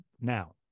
now